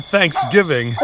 Thanksgiving